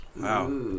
Wow